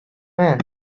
man